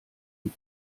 die